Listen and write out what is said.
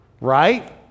right